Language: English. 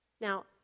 Now